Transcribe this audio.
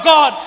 God